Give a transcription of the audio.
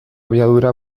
abiadura